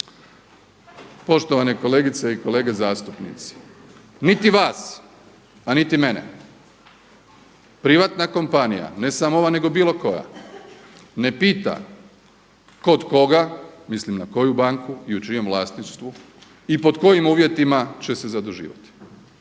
Poštovane kolegice i kolege zastupnici, niti vas, a niti mene privatna kompanija ne samo ova nego bilo koja ne pita kod koga, mislim na koju banku i u čijem vlasništvu i pod kojim uvjetima će se zaduživati.